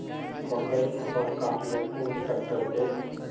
मकईर फसल काट ले कुन ट्रेक्टर दे?